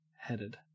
headed